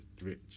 rich